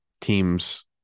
Teams